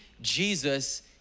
Jesus